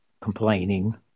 complaining